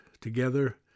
together